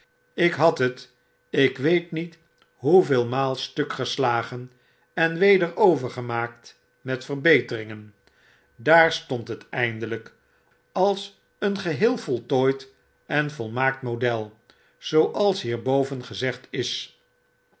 ik had het ik weet niet hoeveel maal stuk geslagen en het weder overgemaakt met vqrbeteringen daar stond het eindelyk als een geheel voltooid en volmaakt model zooals hierboven gezegd is